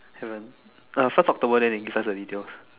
haven't uh first talk over then the give us the details